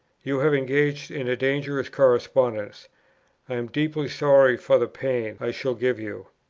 you have engaged in a dangerous correspondence i am deeply sorry for the pain i shall give you.